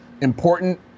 Important